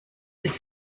could